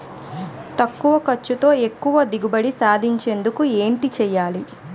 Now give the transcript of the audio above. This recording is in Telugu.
తక్కువ ఖర్చుతో ఎక్కువ దిగుబడి సాధించేందుకు ఏంటి చేయాలి?